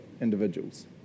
individuals